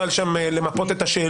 קל מאוד שם למפות את השאלות.